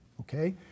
okay